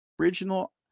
original